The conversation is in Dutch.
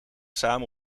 samen